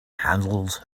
handles